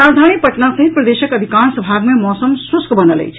राजधानी पटना सहित प्रदेशक अधिकांश भाग मे मौसम शुष्क बनल अछि